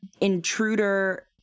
intruder